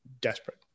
desperate